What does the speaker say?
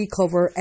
cover